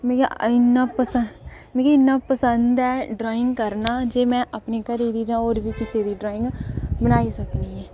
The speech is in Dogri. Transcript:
होर मिगी इ'न्ना पसद ऐ ड्राइंग करना जे अपने घरै दी जां होर बी कुसै दी ड्राइंग बनाई सकनी आं